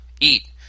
Eat